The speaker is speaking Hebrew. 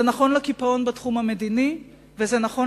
זה נכון לקיפאון בתחום המדיני וזה נכון